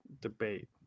debate